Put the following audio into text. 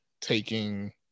taking